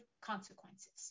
consequences